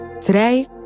Today